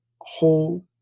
whole